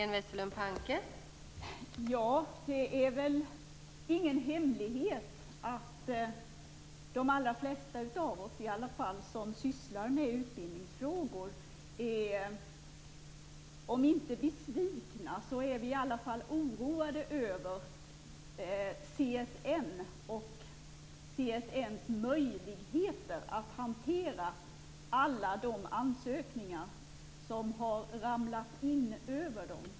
Fru talman! Det är väl ingen hemlighet att de allra flesta av oss som sysslar med utbildningsfrågor är om inte besvikna så i alla fall oroade över CSN och CSN:s möjligheter att hantera alla de ansökningar som har ramlat in över dem.